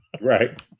Right